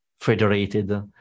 federated